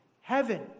heaven